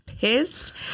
pissed